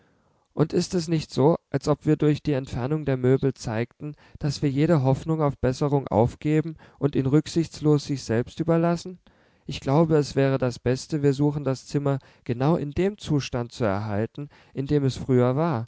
und ist es nicht so als ob wir durch die entfernung der möbel zeigten daß wir jede hoffnung auf besserung aufgeben und ihn rücksichtslos sich selbst überlassen ich glaube es wäre das beste wir suchen das zimmer genau in dem zustand zu erhalten in dem es früher war